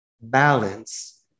balance